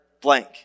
blank